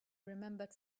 remembered